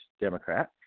Democrat